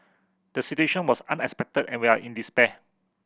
the situation was unexpected and we are in despair